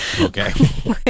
Okay